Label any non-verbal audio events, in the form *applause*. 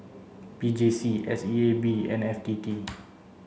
P J C S E A B and F T T *noise*